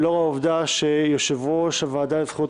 לאור העובדה שיושב-ראש הוועדה לזכויות